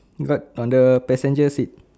got on the passenger seat